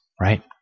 right